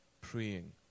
praying